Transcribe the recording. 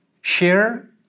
share